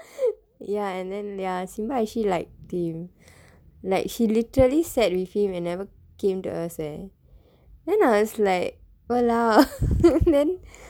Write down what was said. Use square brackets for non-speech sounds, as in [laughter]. ya and then ya sambal actually liked him like she literally sat with him and never came to us leh then I was like !walao! [laughs] then